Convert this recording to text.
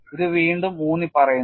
ഇത് വീണ്ടും ഊന്നിപ്പറയുന്നു